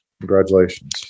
congratulations